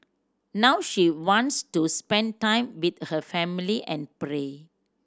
now she wants to spend time with her family and pray